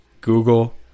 Google